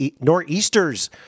Nor'easters